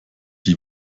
die